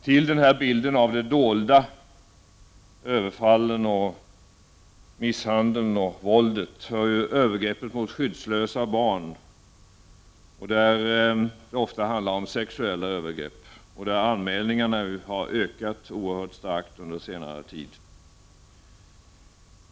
Till bilden av de dolda överfallen, misshandeln och våldet hör övergrepp mot skyddslösa barn. Det handlar då ofta om sexuella övergrepp. Anmälningarna har ökat oerhört mycket under senare tid.